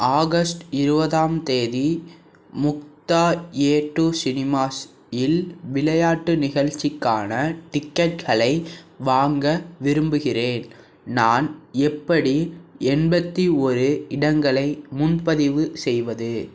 August இருபதாம் தேதி Mukta A two cinemas இல் விளையாட்டு நிகழ்ச்சிக்கான டிக்கெட்களை வாங்க விரும்புகிறேன் நான் எப்படி எண்பத்தி ஒரு இடங்களை முன்பதிவு செய்வது